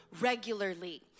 regularly